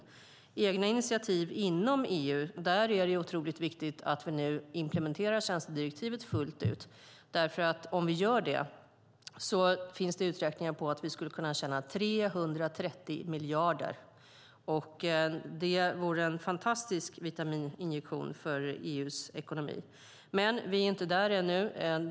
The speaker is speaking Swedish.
När det gäller egna initiativ inom EU är det otroligt viktigt att vi nu implementerar tjänstedirektivet fullt ut. Det finns nämligen uträkningar på att vi om vi gjorde det skulle kunna tjäna 330 miljarder. Det vore en fantastisk vitamininjektion för EU:s ekonomi. Vi är dock inte där ännu.